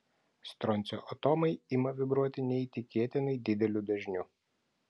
stroncio atomai ima vibruoti neįtikėtinai dideliu dažniu